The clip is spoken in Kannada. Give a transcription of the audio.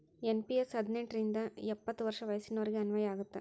ಎನ್.ಪಿ.ಎಸ್ ಹದಿನೆಂಟ್ ರಿಂದ ಎಪ್ಪತ್ ವರ್ಷ ವಯಸ್ಸಿನೋರಿಗೆ ಅನ್ವಯ ಆಗತ್ತ